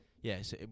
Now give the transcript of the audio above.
yes